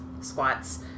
squats